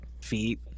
feet